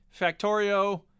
factorio